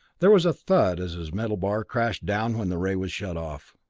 there was a thud as his metal bar crashed down when the ray was shut off.